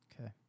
Okay